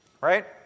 Right